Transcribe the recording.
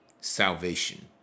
salvation